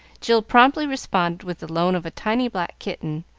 jill promptly responded with the loan of a tiny black kitten,